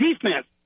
defense